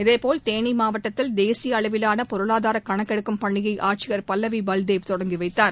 இதேபோல் தேனி மாவட்டத்தில் தேசிய அளவிலான பொருளாதார கணக்கெடுக்கும் பணியை ஆட்சியர் பல்லவி பல்தேவ் தொடங்கி வைத்தார்